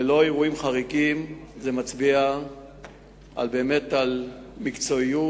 ללא אירועים חריגים, מצביע על מקצועיות,